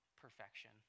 perfection